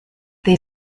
they